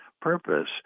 purpose